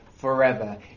forever